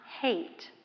hate